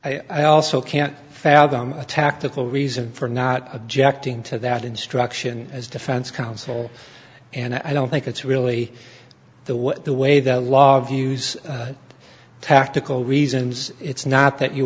and i also can't fathom a tactical reason for not objecting to that instruction as defense counsel and i don't think it's really the what the way the law of use tactical reasons it's not that you